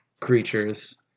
Creatures